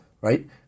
right